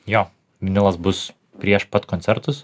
jo vinilas bus prieš pat koncertus